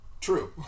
true